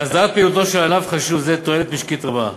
לאסדרת פעילותו של ענף חשוב זה תועלת משקית רבה,